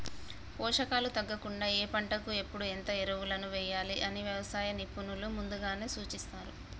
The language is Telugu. పోషకాలు తగ్గకుండా ఏ పంటకు ఎప్పుడు ఎంత ఎరువులు వేయాలి అని వ్యవసాయ నిపుణులు ముందుగానే సూచిస్తారు